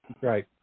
Right